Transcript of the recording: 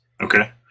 Okay